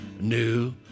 new